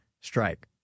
strike